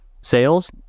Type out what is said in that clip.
Sales